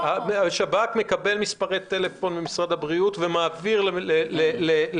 השב"כ מקבל מספרי טלפון ממשרד הבריאות ומעביר למשרד